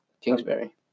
kingsbury